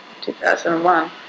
2001